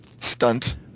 stunt